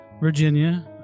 Virginia